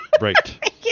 Right